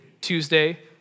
Tuesday